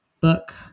book